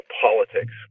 politics